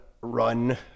run